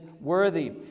worthy